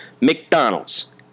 McDonald's